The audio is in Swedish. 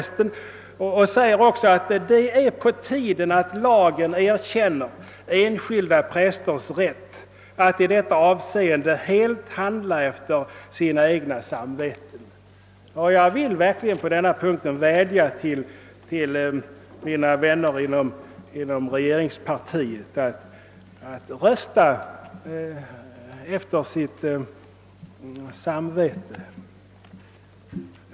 Bl a. skriver han: »Det är därför på tiden att lagen erkänner enskilda prästers rätt att i detta avseende helt handla efter sina egna samveten.« Jag vill verkligen vädja till mina vänner inom regeringspartiet att rösta efter sitt samvete. Herr talman!